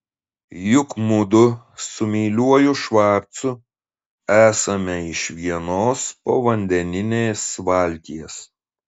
juk mudu su meiliuoju švarcu esame iš vienos povandeninės valties